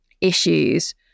issues